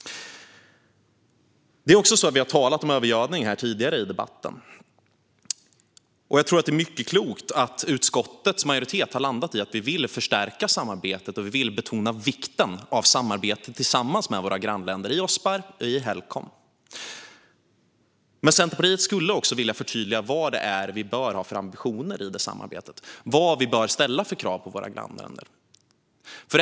Vi har talat om övergödning här tidigare i debatten. Jag tror att det är mycket klokt att utskottets majoritet har landat i att vi vill förstärka samarbetet och betona vikten av samarbete tillsammans med våra grannländer i Ospar och Helcom. Men Centerpartiet skulle också vilja förtydliga vad vi bör ha för ambitioner i samarbetet och vilka krav vi bör ställa på våra grannländer.